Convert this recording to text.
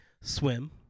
Swim